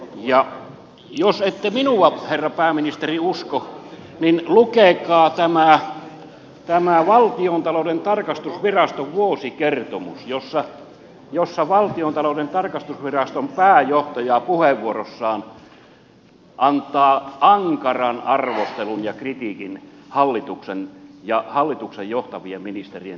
ja jos ette minua herra pääministeri usko niin lukekaa tämä valtiontalouden tarkastusviraston vuosikertomus jossa valtiontalouden tarkastusviraston pääjohtaja puheenvuorossaan antaa ankaran arvostelun ja kritiikin hallituksen ja hallituksen johtavien ministerien toiminnalle